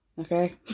Okay